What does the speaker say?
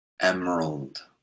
emerald